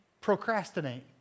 procrastinate